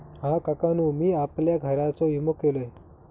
हा, काकानु मी आपल्या घराचो विमा केलंय